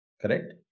correct